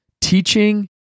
teaching